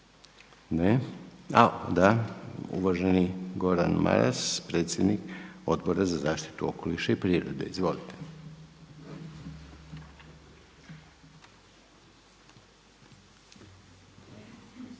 Ne. A da. Uvaženi Gordan Maras, predsjednik Odbora za zaštitu okoliša i prirode. **Maras,